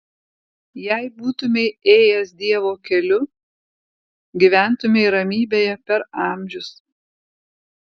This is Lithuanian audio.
jei būtumei ėjęs dievo keliu gyventumei ramybėje per amžius